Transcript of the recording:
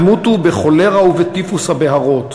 ימותו בכולרה ובטיפוס הבהרות.